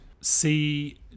See